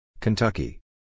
Kentucky